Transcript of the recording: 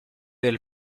del